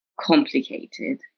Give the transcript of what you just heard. complicated